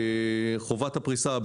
חובת הפריסה.